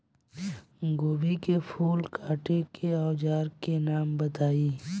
गोभी के फूल काटे के औज़ार के नाम बताई?